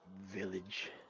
village